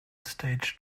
stage